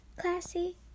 Classy